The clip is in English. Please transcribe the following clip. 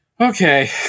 Okay